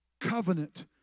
covenant